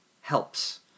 helps